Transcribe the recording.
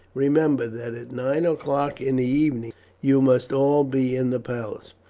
remember that at nine o'clock in the evening you must all be in the palace.